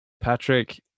Patrick